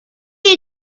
you